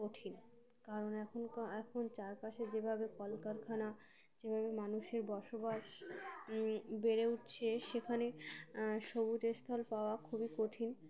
কঠিন কারণ এখন এখন চারপাশে যেভাবে কলকারখানা যেভাবে মানুষের বসবাস বেড়ে উঠছে সেখানে সবুজস্থল পাওয়া খুবই কঠিন